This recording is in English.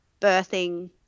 birthing